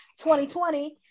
2020